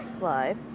life